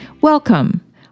Welcome